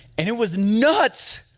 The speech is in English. and it was nuts,